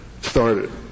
started